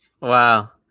Wow